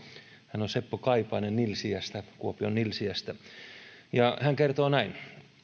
hän on seppo kaipainen kuopion nilsiästä hän kertoo näin